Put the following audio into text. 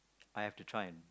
I have to try and